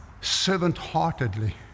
servant-heartedly